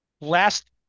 last